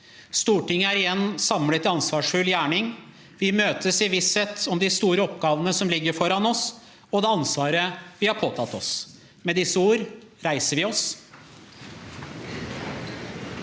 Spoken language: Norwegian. Stortinget er igjen samlet til ansvarsfull gjerning. Vi møtes i visshet om de store oppgavene som ligger foran oss og det ansvaret vi har påtatt oss. Med disse ord reiser vi oss